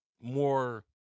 More